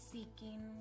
Seeking